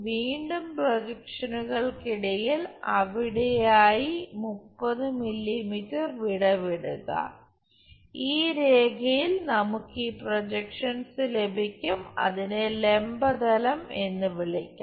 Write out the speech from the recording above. വീണ്ടും പ്രൊജക്ഷനുകൾക്കിടയിൽ അവിടെയായി 30 മില്ലീമീറ്റർ വിടവ് ഇടുക ഈ രേഖയിൽ നമുക്ക് ഈ പ്രോജെക്ഷൻസ് ലഭിക്കും അതിനെ ലംബ തലം എന്ന് വിളിക്കാം